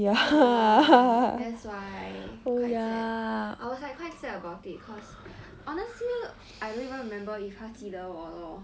ya that's why quite sad I was like quite sad about it cause honestly I don't even remember if 她记得我 lor